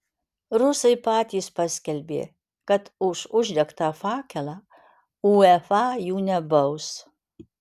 rusai patys paskelbė kad už uždegtą fakelą uefa jų nebaus